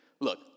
look